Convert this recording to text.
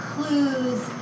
clues